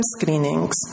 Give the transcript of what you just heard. screenings